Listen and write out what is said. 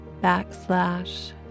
backslash